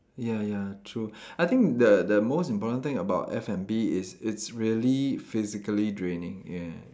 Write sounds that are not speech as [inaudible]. ya ya true [breath] I think the the most important thing about F&B is it's really physically draining yeah